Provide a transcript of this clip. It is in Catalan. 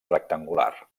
rectangular